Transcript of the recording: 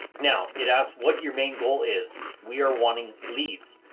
now it asks what your main goal is. we are wanting leads.